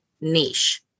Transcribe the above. niche